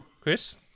Chris